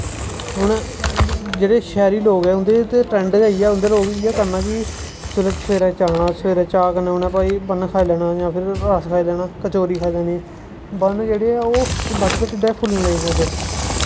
हून जेह्ड़े शैह्री लोग ऐ उं'दे च ते ट्रैंड गै इ'यै कि इ'यै करना सवेरे चाह् कन्नै भाई उ'नें बंद खाई लैना जां फ्ही रस खाई लैना कचोरी खाई लैनी बंद जेह्ड़े ऐ बाद च ढिड्डै च फुल्लन लगी पौंदे